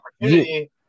opportunity